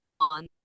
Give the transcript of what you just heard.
on